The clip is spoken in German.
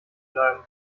bleiben